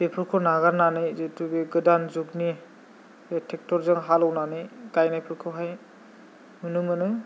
बेफोरखौ नागारनानै जेथु बे गोदान जुगनि बे ट्रेक्टरजों हालेवनानै गायनायफोरखौहाय नुनोमोनो